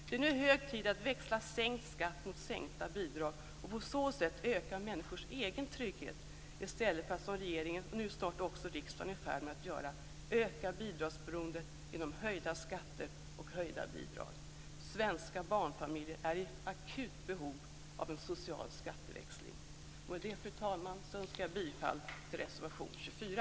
Det är nu hög tid att växla sänkt skatt mot sänkta bidrag och på så sätt öka människors egen trygghet i stället för att, som regeringen och nu snart också riksdagen är i färd med att göra, öka bidragsberoendet genom höjda skatter och höjda bidrag. Svenska barnfamiljer är i akut behov av en social skatteväxling! Fru talman! Med det yrkar jag bifall till reservation 24.